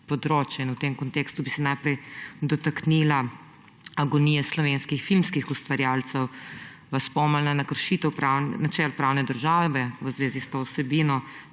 področje. V tem kontekstu bi se najprej dotaknila agonije slovenskih filmskih ustvarjalcev, vas spomnila na kršitev načel pravne države v zvezi s to vsebino